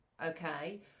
Okay